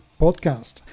podcast